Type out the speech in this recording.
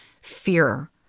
fear